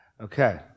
Okay